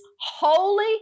holy